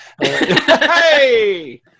Hey